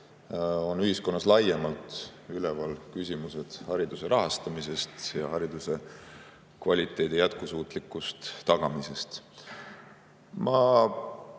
on ühiskonnas laiemalt üleval küsimused hariduse rahastamisest ja hariduse kvaliteedi jätkusuutlikust tagamisest. Ma